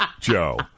Joe